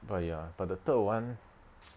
but ya but the third [one]